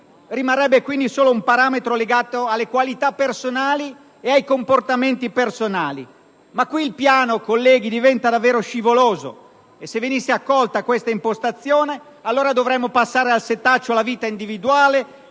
rimarrebbe quindi solo un parametro legato alle qualità e ai comportamenti personali. Qui il piano, colleghi, diventa davvero scivoloso; se venisse accolta questa impostazione, allora dovremmo passare al setaccio la vita individuale